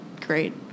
great